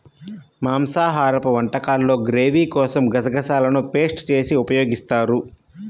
మాంసాహరపు వంటకాల్లో గ్రేవీ కోసం గసగసాలను పేస్ట్ చేసి ఉపయోగిస్తారు